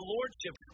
Lordship